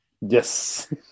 Yes